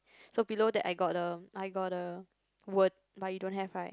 so below that I got A_I got a word but you don't have right